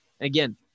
Again